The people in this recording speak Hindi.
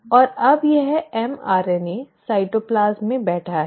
और अब यह mRNA साइटोप्लाज्म में बैठा है